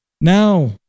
Now